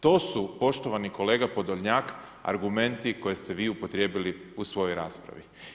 To su poštovani kolega Podolnjak argumenti koje ste vi upotrijebili u svojoj raspravi.